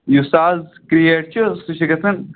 یُس حظ کرٛیٹ چھِ سُہ چھِ گَژھان